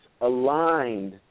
aligned